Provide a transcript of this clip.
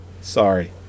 Sorry